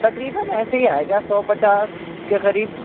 تقریباً ایسے ہی آئے گا سو پچاس کے قریب